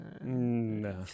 No